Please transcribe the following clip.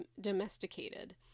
domesticated